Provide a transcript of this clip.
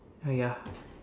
uh ya